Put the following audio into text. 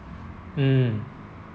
um